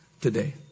today